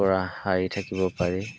পৰা সাৰি থাকিব পাৰি